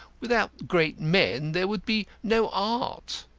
without great men there would be no art.